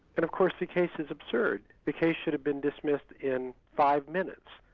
and of course the case is absurd. the case should have been dismissed in five minutes.